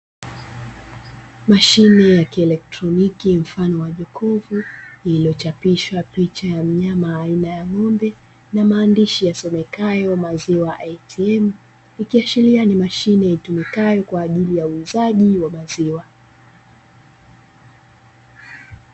Mashine ya kieletroniki mfano wa jokovu iliyochapishwa picha mfano wa ng'ombe na maandishi yasomekayo "maziwa ATM". Ikiashiria ni mashine inayotumika kwa ajili uuza wa bidhaa za maziwa.